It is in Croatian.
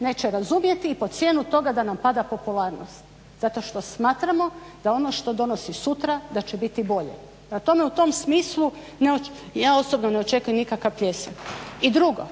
neće razumjeti i po cijenu toga da nam pada popularnost zato što smatramo da ono što donosi sutra da će biti bolje. Prema tome, u tom smislu ja osobno ne očekujem nikakav pljesak. I drugo,